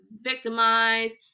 victimized